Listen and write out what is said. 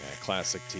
Classic